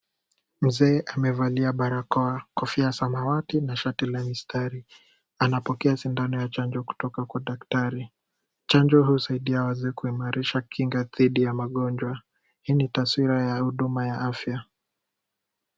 Mzee amevalia barakoa, kofia ya samawati na shati la mistari. Anapokea sindano ya chanjo kutoka kwa daktari. Chanjo hii husaidia wazee kuimarisha kinga dhidi ya magonjwa. Hii ni taswira ya huduma ya afya.